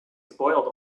spoiled